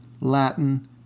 Latin